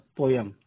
poem